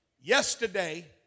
Yesterday